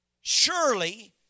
surely